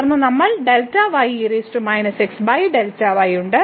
തുടർന്ന് നമ്മൾക്ക് ഉണ്ട്